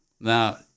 Now